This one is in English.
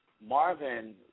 Marvin